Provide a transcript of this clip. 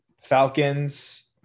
Falcons